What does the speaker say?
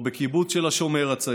או בקיבוץ של השומר הצעיר,